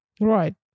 right